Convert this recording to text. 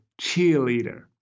cheerleader